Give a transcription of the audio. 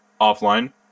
offline